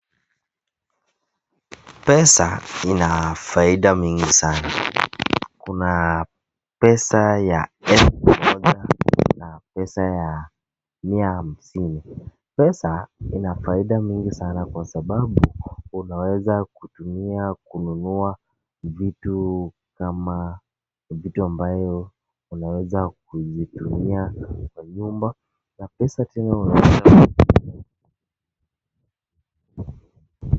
Pesa ina faida mingi sana. Kuna pesa ya elfu moja na pesa ya mia hamsini. Pesa ina faida mingi sana kwa sababu unaweza kutumia kununua vitu kama vitu ambayo unaweza kuzitumia kwa nyumba na pesa tena unaweza